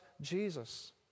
Jesus